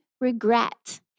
regret